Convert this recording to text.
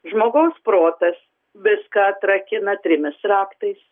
žmogaus protas viską atrakina trimis raktais